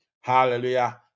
Hallelujah